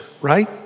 right